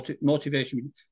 motivation